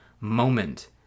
moment